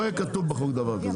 לא יהיה כתוב בחוק דבר כזה.